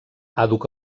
àdhuc